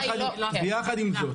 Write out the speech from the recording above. יחד עם זאת,